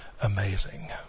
amazing